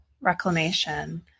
Reclamation